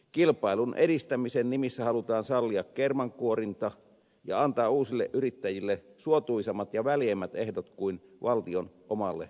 kilpailun edistämisen nimissä halutaan sallia kermankuorinta ja antaa uusille yrittäjille suotuisammat ja väljemmät ehdot kuin valtion omalle yritykselle